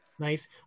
nice